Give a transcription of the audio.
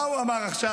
מה הוא אמר עכשיו?